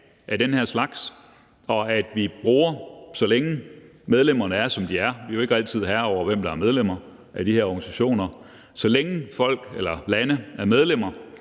af den her slags. Så længe medlemmerne er, som de er – vi er jo ikke altid herrer over, hvem der er medlemmer af de her organisationer – gælder det om at bruge de forummer,